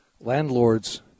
landlords